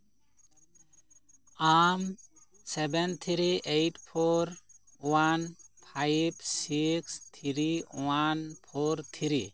ᱟᱢ seven three eight four one five six three one four three